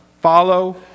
follow